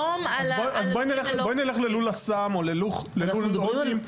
בואי נלך ללול אסם או ללול פטם.